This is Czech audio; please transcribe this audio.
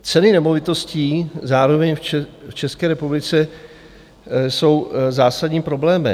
Ceny nemovitostí zároveň v České republice jsou zásadním problémem.